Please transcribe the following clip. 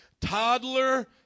Toddler